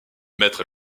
mettre